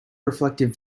reflective